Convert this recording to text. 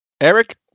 Eric